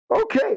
Okay